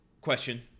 Question